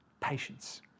patience